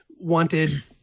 wanted